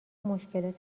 مشکلات